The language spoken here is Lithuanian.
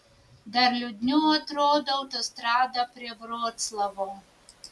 dar liūdniau atrodo autostrada prie vroclavo